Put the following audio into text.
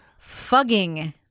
Fugging